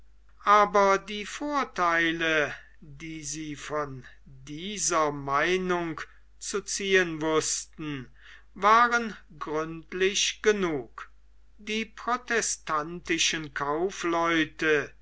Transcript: aber die vortheile die sie von dieser meinung zu ziehen wußten waren gründlich genug die protestantischen kaufleute